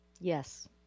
Yes